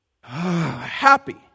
happy